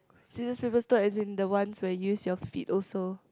scissors paper stone as in the ones where you use your feet also